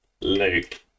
Luke